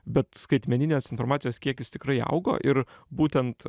bet skaitmeninės informacijos kiekis tikrai augo ir būtent